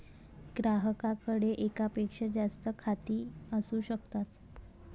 ग्राहकाकडे एकापेक्षा जास्त खाती असू शकतात